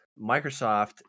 Microsoft